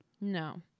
No